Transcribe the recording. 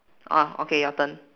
orh okay your turn